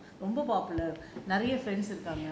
ரொம்ப:romba popular நிறையா:niraiyaa friends இருக்காங்க:irukaanga